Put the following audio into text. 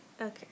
Okay